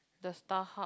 the Starhub